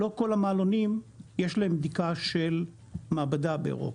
לא כל המעלונים יש להם בדיקה של המעבדה באירופה,